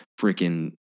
freaking